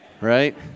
right